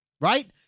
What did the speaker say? right